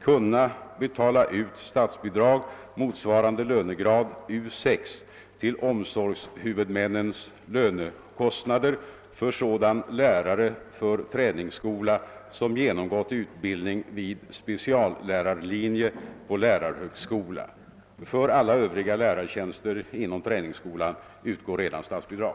kunna betala ut statsbidrag motsvarande lönegrad U 6 till omsorgshuvudmännens lönekostnader för sådan lärare för träningsskola som genomgått utbildning vid speciallärarlinje på lärarhögskola. För alla övriga lärartjänster inom träningsskolan utgår redan statsbidrag.